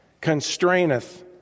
constraineth